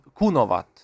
Kunovat